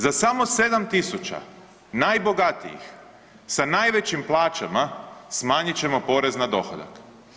Za samo 7 tisuća najbogatijih, sa najvećim plaćama smanjit ćemo porez na dohodak.